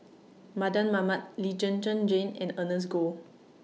Mardan Mamat Lee Zhen Zhen Jane and Ernest Goh